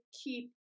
keep